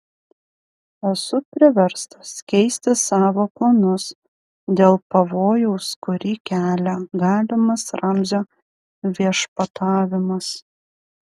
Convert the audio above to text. esu priverstas keisti savo planus dėl pavojaus kurį kelia galimas ramzio viešpatavimas